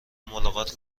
ملاقات